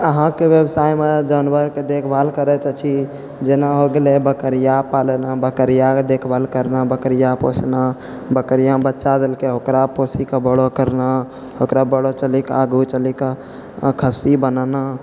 अहाँके बेबसाइमे जानवरके देखभाल करै तऽ छी जेना हो गेलै बकरिआ पालन बकरिआके देखभाल करना बकरिआ पोसना बकरिआ बच्चा देलकै ओकरा पोसिकऽ बड़ऽ करना ओकरा बड़ऽ चलिके आगू चलिके खस्सी बनाना